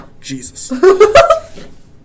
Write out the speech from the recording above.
Jesus